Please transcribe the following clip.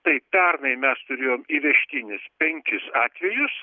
tai pernai mes turėjom įvežtinis penkis atvejus